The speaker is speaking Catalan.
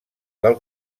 del